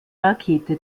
rakete